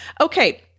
Okay